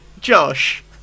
Josh